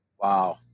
Wow